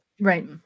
Right